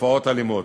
תופעות אלימות.